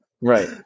Right